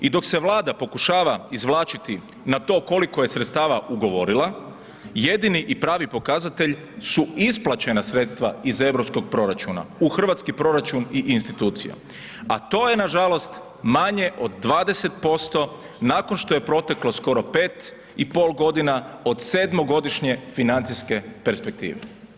I dok se Vlada pokušava izvlačiti na to koliko je sredstava ugovorila, jedini i pravi pokazatelj su isplaćena sredstva iz EU proračuna u hrvatski proračun i institucije, a to je nažalost, manje od 20% nakon što je proteklo skoro 5 i pol godina od 7-godišnje financijske perspektive.